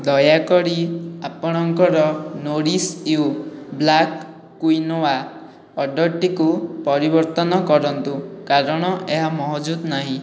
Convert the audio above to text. ଦୟାକରି ଆପଣଙ୍କର nourish you black quinoa ଅର୍ଡ଼ର୍ଟିକୁ ପରିବର୍ତ୍ତନ କରନ୍ତୁ କାରଣ ଏହା ମହଜୁଦ୍ ନାହିଁ